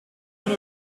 man